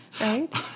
Right